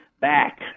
back